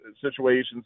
situations